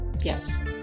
Yes